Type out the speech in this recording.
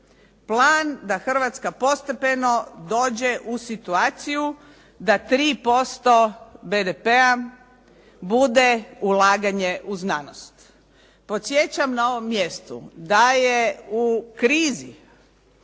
Plan da Hrvatska postepeno dođe u situaciju da 3% BDP-a bude ulaganje u znanost. Podsjećam na ovom mjestu da je u krizi